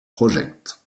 project